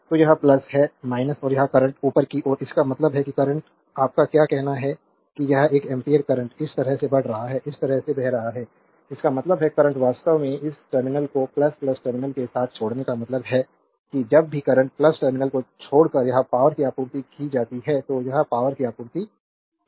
तो यह है और यह करंट ऊपर की ओर है इसका मतलब है कि करंट आपका क्या कहना है कि यह एक एम्पीयर करंट इस तरह से बढ़ रहा है इस तरह से बह रहा है इसका मतलब है करंट वास्तव में इस टर्मिनल को टर्मिनल के साथ साथ छोड़ने का मतलब है कि जब भी करंट टर्मिनल को छोड़कर यह पावरकी आपूर्ति की जाती है तो यह पावरकी आपूर्ति की जाती है